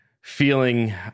feeling